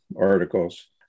articles